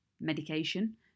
medication